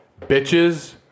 bitches